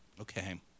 okay